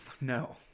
No